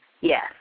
Yes